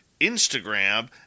Instagram